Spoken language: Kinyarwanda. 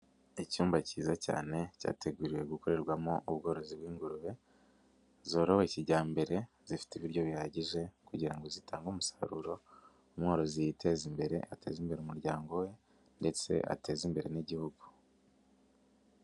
Icyumba cyiza cyane cyateguriwe gukorerwamo ubworozi bw'ingurube, zorowe kijyambere, zifite ibiryo bihagije kugira ngo zitange umusaruro umworozi yiteza imbere, ateze imbere umuryango we ndetse ateze imbere n'igihugu.